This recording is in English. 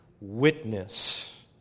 witness